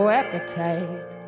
appetite